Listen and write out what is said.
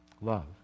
Love